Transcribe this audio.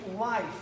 life